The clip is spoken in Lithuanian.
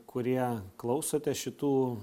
kurie klausotės šitų